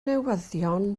newyddion